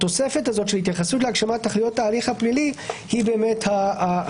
התוספת הזאת של התייחסות להגשמת תכליות ההליך הפלילי היא החריגה.